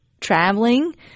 traveling